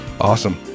Awesome